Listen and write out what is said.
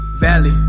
Valley